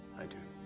i do.